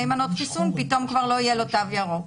בשתי מנות חיסון פתאום כבר לא יהיה לו תו ירוק?